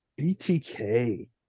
BTK